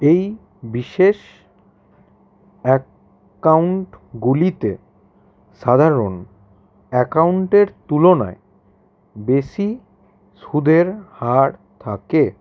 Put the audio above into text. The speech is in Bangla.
এই বিশেষ অ্যাকাউন্টগুলিতে সাধারণ অ্যাকাউন্টের তুলনায় বেশি সুদের হার থাকে